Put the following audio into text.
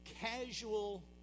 Casual